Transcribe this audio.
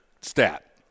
stat